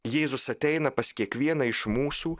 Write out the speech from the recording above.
jėzus ateina pas kiekvieną iš mūsų